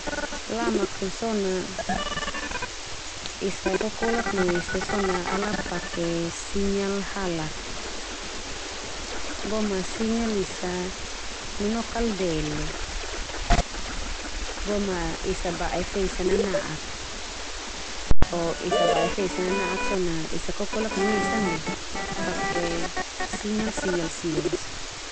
Lamak kal so na esa kokolak no esa so na ala pake sinyal halak, boma sinyal esa nonok al dele. Boma esa bae fe esa nana'ak fo esa bae fe esa nana'ak so na esa kokolak no sa ndia, pake sinyal-sinyal sila la so.